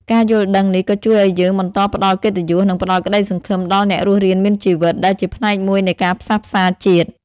ការយល់ដឹងនេះក៏ជួយឲ្យយើងបន្តផ្តល់កិត្តិយស និងផ្តល់ក្ដីសង្ឃឹមដល់អ្នករស់រានមានជីវិត ដែលជាផ្នែកមួយនៃការផ្សះផ្សាជាតិ។